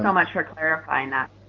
much for clarifying that.